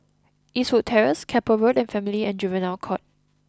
Eastwood Terrace Keppel Road and Family and Juvenile Court